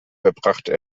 verbrachte